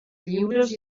lliures